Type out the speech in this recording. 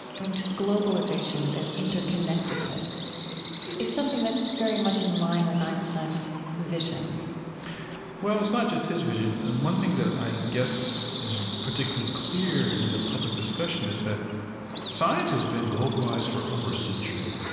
i mean, just globalization, that interconnectedness is something that's very much in line with einstein's vision well, it's not just his vision. one thing that i guess isn't particularly clear in the public discussion is that science has been globalized for over a century.